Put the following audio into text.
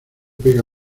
pega